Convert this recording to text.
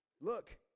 Look